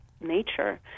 nature